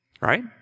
Right